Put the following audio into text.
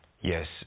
yes